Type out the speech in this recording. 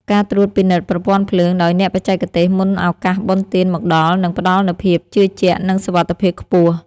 ការត្រួតពិនិត្យប្រព័ន្ធភ្លើងដោយអ្នកបច្ចេកទេសមុនឱកាសបុណ្យទានមកដល់នឹងផ្តល់នូវភាពជឿជាក់ និងសុវត្ថិភាពខ្ពស់។